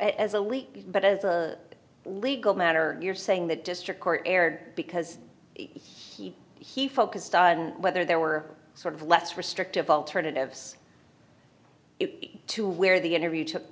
as a leap but as a legal matter you're saying that district court erred because he he focused on whether there were sort of less restrictive alternatives to where the interview took